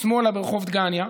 שמאלה ברחוב דגניה,